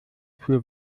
für